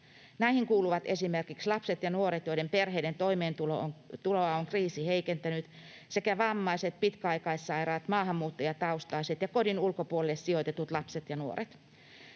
Näihin kuuluvat esimerkiksi lapset ja nuoret, joiden perheiden toimeentuloa on kriisi heikentänyt, sekä vammaiset, pitkäaikaissairaat, maahanmuuttajataustaiset ja kodin ulkopuolelle sijoitetut lapset ja nuoret.